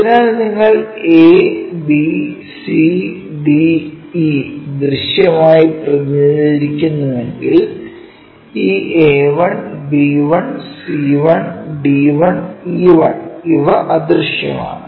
അതിനാൽ നിങ്ങൾ a b c d e ദൃശ്യമായി പ്രതിനിധീകരിക്കുന്നുവെങ്കിൽ ഈ A1 B1 C1 D1 E1 ഇവ അദൃശ്യമാണ്